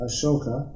Ashoka